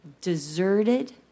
deserted